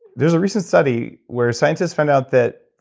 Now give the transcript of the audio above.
there's a recent study where scientists found out that,